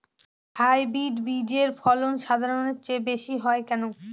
Hybrid বীজের ফলন সাধারণের চেয়ে বেশী হয় কেনো?